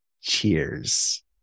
Cheers